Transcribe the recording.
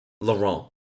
Laurent